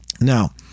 Now